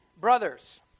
Brothers